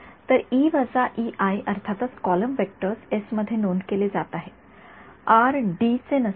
तर अर्थातच column vectors S मध्ये नोंद केले जात आहे आर डी चे नसावे